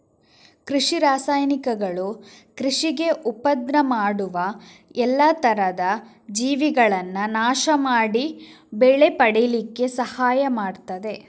ಕೃಷಿ ರಾಸಾಯನಿಕಗಳು ಕೃಷಿಗೆ ಉಪದ್ರ ಮಾಡುವ ಎಲ್ಲಾ ತರದ ಜೀವಿಗಳನ್ನ ನಾಶ ಮಾಡಿ ಬೆಳೆ ಪಡೀಲಿಕ್ಕೆ ಸಹಾಯ ಮಾಡ್ತದೆ